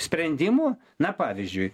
sprendimų na pavyzdžiui